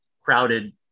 crowded